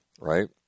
right